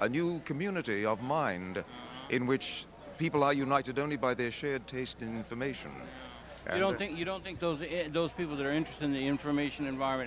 a new community of mind in which people are united only by their shared taste information and i don't think you don't think those in those people are interested in the information environment